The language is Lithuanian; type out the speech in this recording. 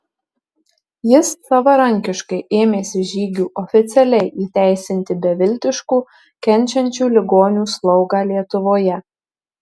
jis savarankiškai ėmėsi žygių oficialiai įteisinti beviltiškų kenčiančių ligonių slaugą lietuvoje